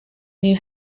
new